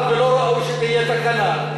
שתהיה תקנה.